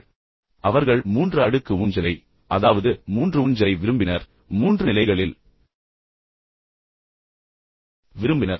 எனவே அவர்கள் மூன்று அடுக்கு ஊஞ்சலை அதாவது மூன்று ஊஞ்சலை விரும்பினர் நிலைகளில் விரும்பினர்